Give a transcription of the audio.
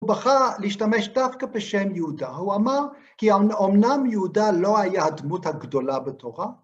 הוא בחר להשתמש דווקא בשם יהודה, הוא אמר כי אמנם יהודה לא הייתה הדמות הגדולה בתורה